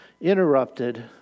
interrupted